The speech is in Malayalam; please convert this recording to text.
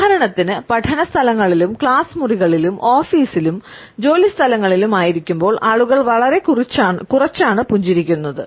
ഉദാഹരണത്തിന് പഠന സ്ഥലങ്ങളിലും ക്ലാസ് മുറികളിലും ഓഫീസിലും ജോലിസ്ഥലങ്ങളിലും ആയിരിക്കുമ്പോൾ ആളുകൾ വളരെ കുറച്ച് ആണ് പുഞ്ചിരിക്കുന്നത്